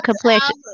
complexion